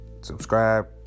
Subscribe